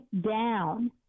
down